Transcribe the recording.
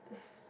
it's